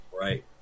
Right